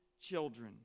children